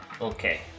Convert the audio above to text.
Okay